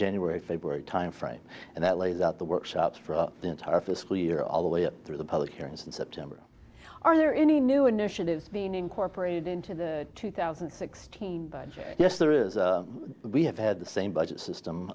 january february timeframe and that lays out the workshops for the entire fiscal year all the way up through the public hearings in september are there any new initiatives being incorporated into the two thousand and sixteen budget yes there is we have had the same budget system